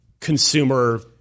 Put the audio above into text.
consumer